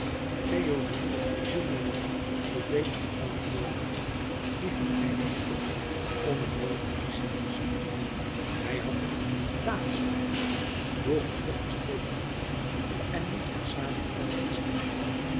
théodule gillenormand voldeed aan al de voorwaarden die vereischt worden om een mooi officier te zijn hij had een dames taille droeg een opgestreken knevel en liet zijn sabel kletterend slepen